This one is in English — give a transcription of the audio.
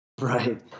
right